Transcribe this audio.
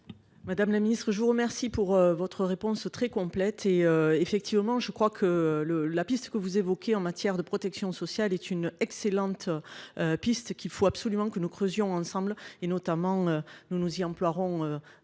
Madame la Ministre, je vous remercie pour votre réponse très complète et effectivement je crois que la piste que vous évoquez en matière de protection sociale est une excellente piste qu'il faut absolument que nous creusions ensemble et notamment nous nous y emploierons si